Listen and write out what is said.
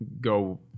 go